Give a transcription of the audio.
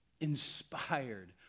inspired